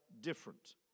different